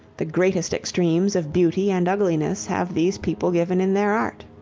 the greatest extremes of beauty and ugliness have these people given in their art.